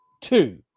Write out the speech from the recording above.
Two